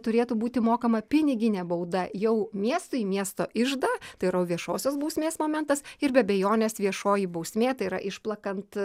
turėtų būti mokama piniginė bauda jau miestui į miesto iždą tai yra viešosios bausmės momentas ir be abejonės viešoji bausmė tai yra išplakant